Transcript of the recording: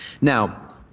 Now